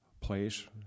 place